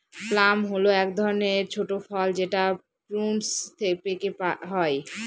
plum হল এক ধরনের ছোট ফল যেটা প্রুনস পেকে হয়